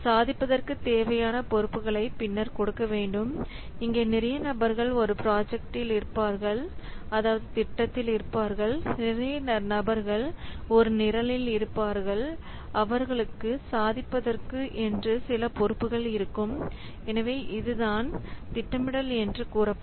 சாதிப்பதற்கு தேவையான பொறுப்புகளை பின்னர் கொடுக்க வேண்டும் இங்கே நிறைய நபர்கள் ஒரு திட்டத்தில் இருப்பார்கள் நிறைய நபர்கள் ஒரு நிரலில் இருப்பார்கள் அவர்களுக்கும் சாதிப்பதற்கு என்று சில பொறுப்புகள் இருக்கும் இதுதான் திட்டமிடுதல் என்று கூறப்படும்